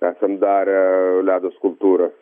esam darę ledo skulptūras